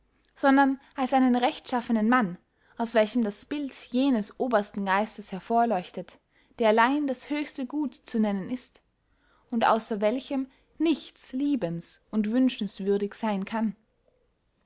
sondern als einen rechtschaffenen mann aus welchem das bild jenes obersten geistes hervorleuchtet der allein das höchste gut zu nennen ist und ausser welchem nichts liebens und wünschenswürdig seyn kann